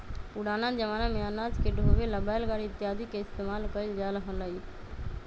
पुराना जमाना में अनाज के ढोवे ला बैलगाड़ी इत्यादि के इस्तेमाल कइल जा हलय